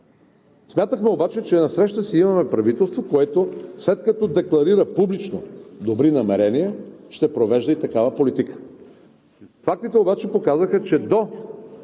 Смятахме обаче, че насреща си имаме правителство, което след като декларира публично добри намерения, ще провежда и такава политика. Фактите обаче показаха, че до